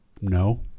No